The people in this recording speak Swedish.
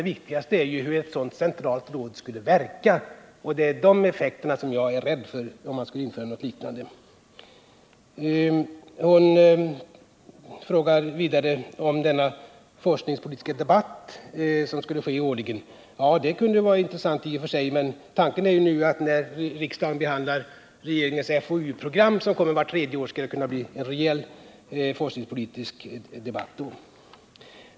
Det viktigaste är ju hur ett sådant centralt råd skulle verka. Det är de effekterna jag är rädd för. Eva Hjelmström tar vidare upp den forskningspolitiska debatt som skulle ske årligen. Ja, det kunde i och för sig vara intressant att ha en sådan, men tanken är att när riksdagen behandlar regeringens FoU-program, som kommer vart tredje år, skall det kunna bli en rejäl forskningspolitisk debatt.